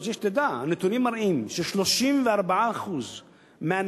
אני רוצה שתדע שהנתונים מראים ש-34% מהאנשים